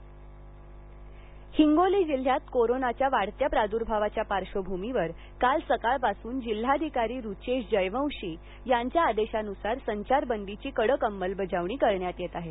हिंगोली हिंगोली जिल्ह्यात कोरोनाच्या वाढत्या प्रार्द्भावाच्या पार्श्वभूमीवर काल सकाळपासून जिल्हाधिकारी रुचेश जयवंशी यांच्या आदेशानुसार संचारबंदीची कडक अंमलबजावणी करण्यात येत आहे